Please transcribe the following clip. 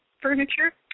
furniture